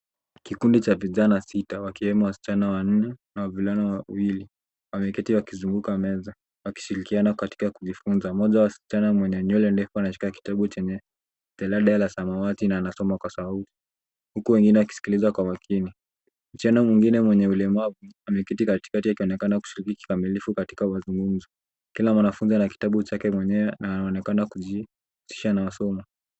Kikundi cha vijana sita wakiwemo wasichana wanne na wavulana wawili, wameketi wakizunguka meza wakishirikiana katika kujifunza. Mmoja wa wasichana mwenye nywele ndefu anashika kitabu chenye jalada la samawati na anasoma kwa sauti huku wengine wakisikiliza kwa makini. Msichana mwingine mwenye ulemavu ameketi katikati akionekana kushiriki kikamilifu katika mazungumzo. Kila mwanafuzi ana kitabu chake mwenyewe na anaonekana kujihusisha na masomo.